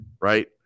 right